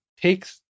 takes